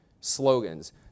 Slogans